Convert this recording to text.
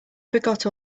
forgot